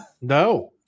no